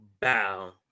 Bow